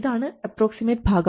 ഇതാണ് അപ്രോക്സിമേറ്റ് ഭാഗം